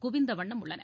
குவிந்த வண்ணம் உள்ளன